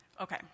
Okay